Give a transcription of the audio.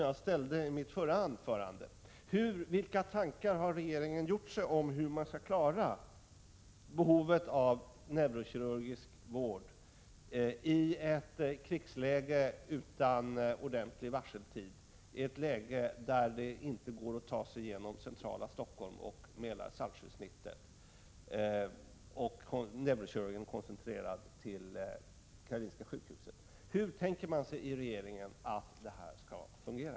Jag ställde en fråga i mitt förra anförande om hur regeringen tänkt sig att man skall klara behovet av neurokirurgisk vård i ett krigsläge utan ordentlig varseltid, i ett läge när det inte går att ta sig igenom centrala Stockholm och Mälar-Saltsjö-snittet och när neurokirurgin är koncentrerad till Karolinska sjukhuset. Hur tänker man sig i regeringen att det skall fungera?